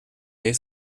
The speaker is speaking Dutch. heeft